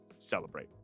celebrate